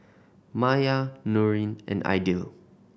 Maya Nurin and Aidil